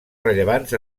rellevants